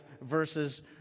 versus